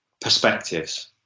perspectives